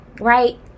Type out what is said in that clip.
right